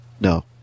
no